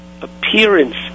appearance